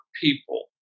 people